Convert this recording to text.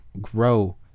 grow